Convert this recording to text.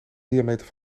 diameter